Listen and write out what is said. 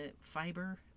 fiber